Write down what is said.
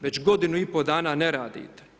Već godinu i pol dana ne radite.